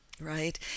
right